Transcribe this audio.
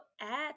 add